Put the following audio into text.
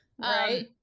right